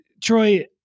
Troy